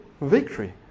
victory